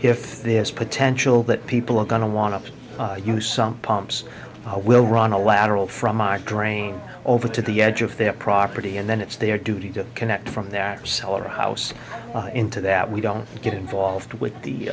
if there's potential that people are going to want to use some pumps will run a lateral from a drain over to the edge of their property and then it's their duty to connect from their cell or house into that we don't get involved with the